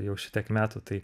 jau šitiek metų tai